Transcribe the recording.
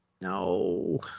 No